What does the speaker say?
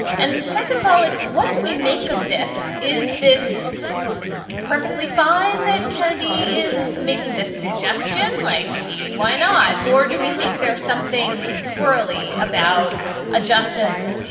and second of all, like, what do we make of this? is this perfectly fine that kennedy is making this suggestion like he? why not? or do we think there's something squirrelly about a justice?